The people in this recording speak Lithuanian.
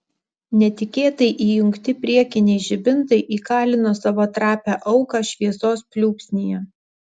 netikėtai įjungti priekiniai žibintai įkalino savo trapią auką šviesos pliūpsnyje